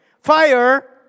fire